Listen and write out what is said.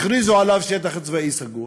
הכריזו עליו שטח צבאי סגור,